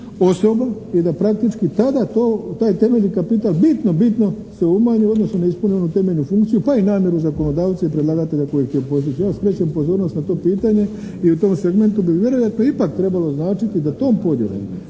osoba i da praktički tada taj temeljni kapital bitno, bitno se umanji odnosno ne ispuni onu temeljnu funkciju pa i namjeru zakonodavca i predlagatelja …/Govornik se ne razumije./… Ja vam skrećem pozornost na to pitanje i u tom segmentu bi vjerojatno ipak trebalo označiti da tom podjelom